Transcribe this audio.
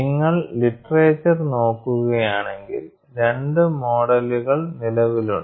നിങ്ങൾ ലിറ്ററേച്ചർ നോക്കുകയാണെങ്കിൽ രണ്ട് മോഡലുകൾ നിലവിലുണ്ട്